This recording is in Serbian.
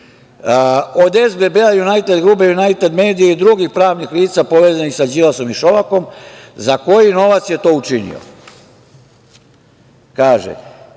od SBB Junajted grupe, Junajted medije i drugih pravnih lica povezanih sa Đilasom i Šolakom, za koji novac je to učinio? Prava